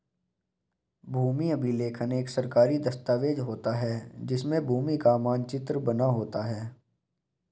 भूमि अभिलेख एक सरकारी दस्तावेज होता है जिसमें भूमि का मानचित्र बना होता है